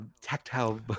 tactile